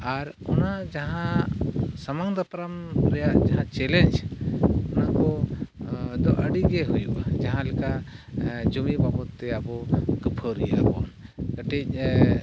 ᱟᱨ ᱚᱱᱟ ᱡᱟᱦᱟᱸ ᱥᱟᱢᱟᱝ ᱫᱟᱯᱨᱟᱢ ᱨᱮᱭᱟᱜ ᱡᱟᱦᱟᱸ ᱪᱮᱞᱮᱧᱡᱽ ᱚᱱᱟ ᱠᱚᱫᱚ ᱟᱹᱰᱤᱜᱮ ᱦᱩᱭᱩᱜᱼᱟ ᱡᱟᱦᱟᱸᱞᱮᱠᱟ ᱡᱩᱢᱤ ᱵᱟᱵᱚᱫᱼᱛᱮ ᱟᱵᱚ ᱠᱷᱟᱹᱯᱟᱹᱨᱤᱜᱼᱟᱵᱚᱱ ᱠᱟᱹᱴᱤᱡᱽ